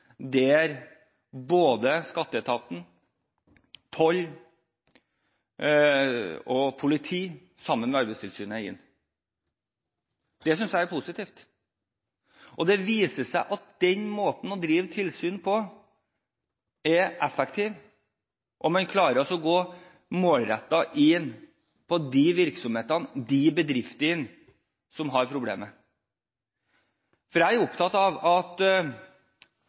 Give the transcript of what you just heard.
både skatteetaten, toll og politi er inne sammen med Arbeidstilsynet. Det synes jeg er positivt. Det viser seg at den måten å drive tilsyn på er effektiv, og man klarer å gå målrettet inn mot de virksomhetene og de bedriftene som har problemer. Jeg er opptatt av at